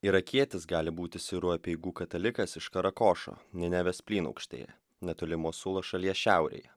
irakietis gali būti sirų apeigų katalikas iš karakošo nenevės plynaukštėje netolimos sulos šalies šiaurėje